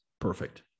perfect